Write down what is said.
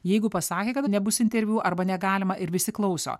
jeigu pasakė kad nebus interviu arba negalima ir visi klauso